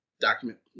document